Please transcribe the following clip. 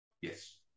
Yes